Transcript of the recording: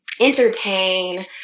entertain